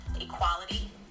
equality